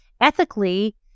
ethically